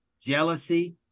jealousy